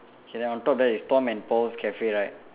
okay then on top of that is Tom and Paul's Cafe right